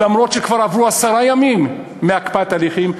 אף שכבר עברו עשרה ימים מהקפאת ההליכים,